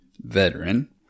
veteran